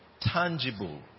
tangible